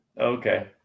Okay